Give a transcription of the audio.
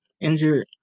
injured